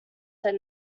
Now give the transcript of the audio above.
said